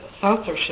censorship